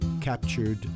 captured